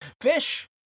fish